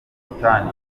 ubusitani